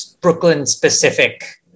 Brooklyn-specific